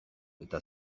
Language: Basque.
eta